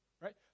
right